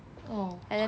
oh